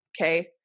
okay